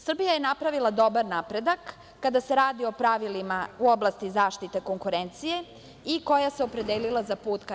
Srbija je napravila dobar napredak kada se radi o pravilima u oblasti zaštite konkurencije i koja se opredelila za put ka EU.